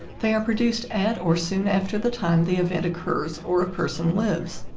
they are produced at or soon after the time the event occurs or a person lives.